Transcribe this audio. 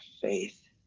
faith